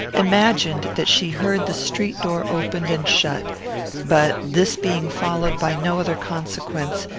imagined that she heard the street door opened and shut but, this being followed by no other consequence,